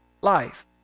life